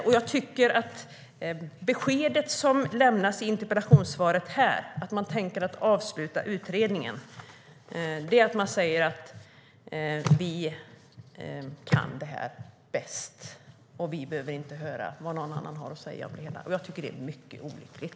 Det besked ministern lämnade i sitt interpellationssvar om att avsluta utredningen innebär att man säger att man kan detta bäst och att man inte behöver höra vad någon annan har att säga. Det är mycket olyckligt.